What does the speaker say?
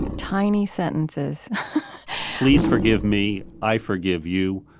tiny sentences please forgive me. i forgive you.